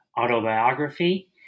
autobiography